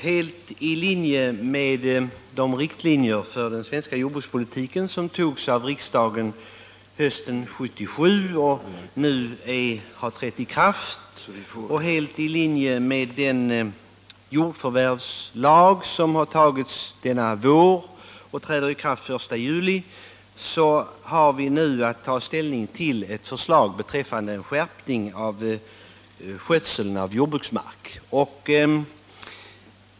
Herr talman! Helt enligt de riktlinjer för den svenska jordbrukspolitiken som togs av riksdagen hösten 1977 och som nu har trätt i kraft och helt i linje med den jordförvärvslag som har antagits denna vår och träder i kraft den 1 juli har vi nu att ta ställning till ett förslag beträffande en skärpning av skötseln av jordbruksmark.